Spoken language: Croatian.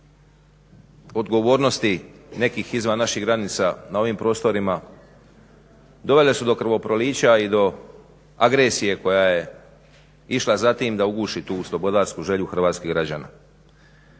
odgovornosti nekih izvan naših granica na ovim prostorima dovele su do krvoprolića i do agresije koja je išla za tim da uguši tu slobodarsku želju hrvatskih građana.